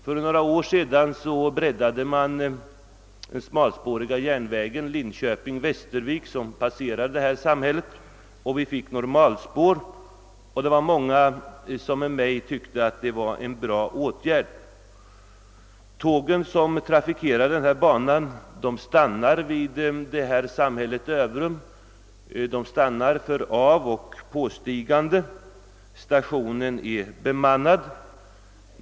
För något tiotal år sedan breddades den smalspåriga järnvägen Linköping— Västervik, som passerar detta samhälle, och vi fick normalspår. Jag och många med mig tyckte att det var en bra åtgärd. Tågen som trafikerar denna bana stannar vid Överum för avoch påstigande; stationen är bemannad.